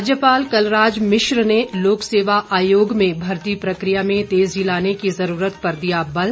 राज्यपाल कलराज मिश्र ने लोकसेवा आयोग में भर्ती प्रकिया में तेजी लाने की जरूरत पर दिया बल